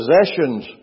possessions